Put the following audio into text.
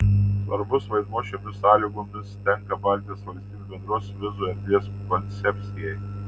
svarbus vaidmuo šiomis sąlygomis tenka baltijos valstybių bendros vizų erdvės koncepcijai